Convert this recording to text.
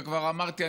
וכבר אמרתי,